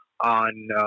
on